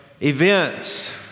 events